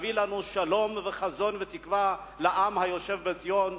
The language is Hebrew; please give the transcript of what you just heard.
להביא לנו שלום וחזון ותקווה לעם היושב בציון.